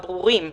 הברורים,